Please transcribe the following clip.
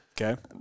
okay